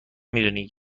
میدونی